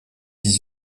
dix